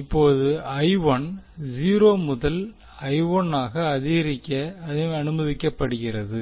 இப்போது 0 முதல் ஆக அதிகரிக்க அனுமதிக்கப்படுகிறது